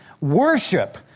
Worship